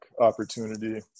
opportunity